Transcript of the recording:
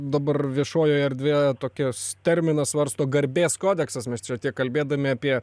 dabar viešojoje erdvėje tokias terminą svarsto garbės kodeksas mes čia tiek kalbėdami apie